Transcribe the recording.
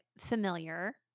familiar